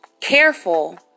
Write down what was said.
Careful